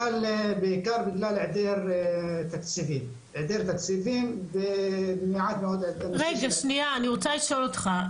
בעיקר בגלל העדר תקציבים ומעט מאוד --- רגע שניה אני רוצה לשאול אותך,